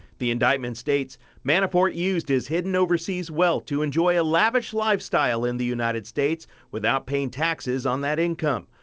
the indictment states manafort used his hidden overseas wealth to enjoy a lavish lifestyle in the united states, without paying taxes on that income.